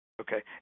okay